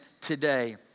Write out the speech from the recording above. today